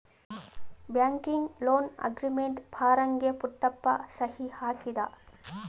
banking loan agreement ಫಾರಂಗೆ ಪುಟ್ಟಪ್ಪ ಸಹಿ ಹಾಕಿದ